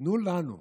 תנו לנו,